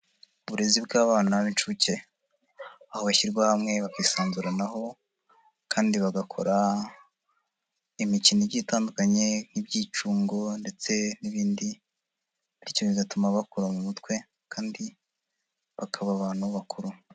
Uburezi bw'abana b'inshuke aho bashyirwa hamwe bakisanzuranaho kandi bagakora imikino igiye itandukanye nk'ibyicungo ndetse n'ibindi bityo bigatuma bakura mu mutwe kandi bakaba abantu bakuru.